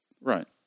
Right